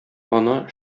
ана